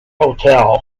hotel